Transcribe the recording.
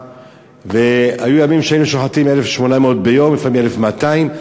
היו ימים שהיינו שוחטים 1,800 ביום, לפעמים 1,200,